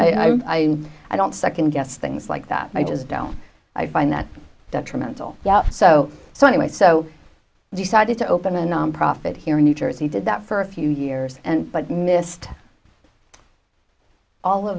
i i don't second guess things like that i just don't i find that detrimental so so anyway so i decided to open a nonprofit here in new jersey did that for a few years and but missed all of